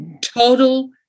total